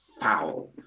foul